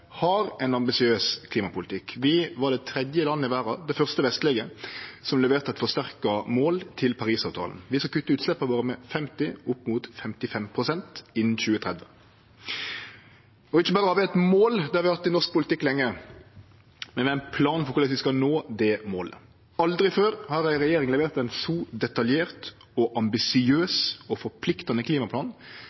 har ein ambisiøs klimapolitikk. Vi var det tredje landet i verda, det første vestlege, som leverte eit forsterka mål til Parisavtalen. Vi skal kutte utsleppa våre med 50 pst., opp mot 55 pst. innan 2030. Ikkje berre har vi eit mål. Det har vi hatt i norsk politikk lenge, men vi har ein plan for korleis vi skal nå det målet. Aldri før har ei regjering levert ein så detaljert og ambisiøs og forpliktande klimaplan